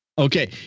Okay